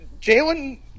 Jalen